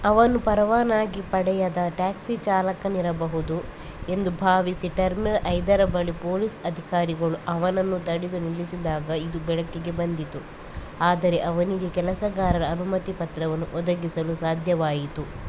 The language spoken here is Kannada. ಅವನು ಪರವಾನಗಿ ಪಡೆಯದ ಟ್ಯಾಕ್ಸಿ ಚಾಲಕನಿರಬಹುದು ಎಂದು ಭಾವಿಸಿ ಟರ್ಮ್ಲ ಐದರ ಬಳಿ ಪೊಲೀಸ್ ಅಧಿಕಾರಿಗಳು ಅವನನ್ನು ತಡೆದು ನಿಲ್ಲಿಸಿದಾಗ ಇದು ಬೆಳಕಿಗೆ ಬಂದಿತು ಆದರೆ ಅವನಿಗೆ ಕೆಲಸಗಾರರ ಅನುಮತಿ ಪತ್ರವನ್ನು ಒದಗಿಸಲು ಸಾಧ್ಯವಾಯಿತು